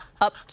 up